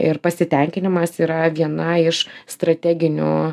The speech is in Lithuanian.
ir pasitenkinimas yra viena iš strateginių